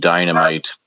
Dynamite